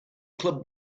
club